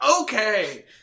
Okay